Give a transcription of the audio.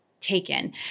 taken